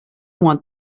want